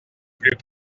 plus